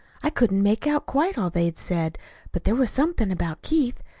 i couldn't make out quite all they said but there was somethin' about keith.